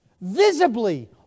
visibly